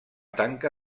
tanca